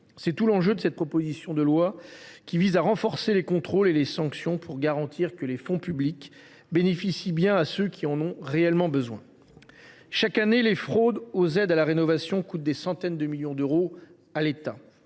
C’est tout l’enjeu de cette proposition de loi, qui tend à renforcer les contrôles et les sanctions pour garantir que les fonds publics bénéficient bien à ceux qui en ont réellement besoin. Chaque année, les fraudes aux aides à la rénovation coûtent des centaines de millions d’euros à l’État.